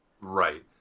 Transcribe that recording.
Right